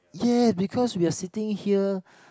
ya because we are sitting here